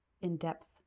in-depth